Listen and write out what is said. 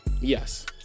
Yes